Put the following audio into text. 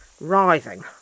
writhing